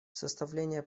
составление